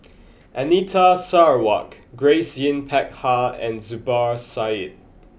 Anita Sarawak Grace Yin Peck Ha and Zubir Said